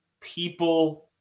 people